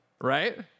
right